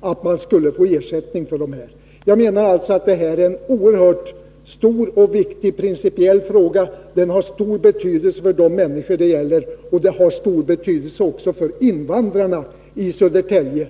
att man skulle få ersättning för kostnaderna. Jag menar alltså att det här är en oerhört stor och viktig principiell fråga. Den har stor betydelse för de människor det gäller, och den har stor betydelse också för invandrarna i Södertälje.